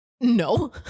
no